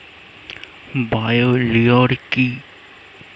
Bio lure কি?